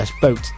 boat